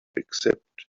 accept